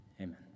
Amen